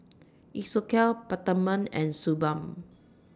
Isocal Peptamen and Suu Balm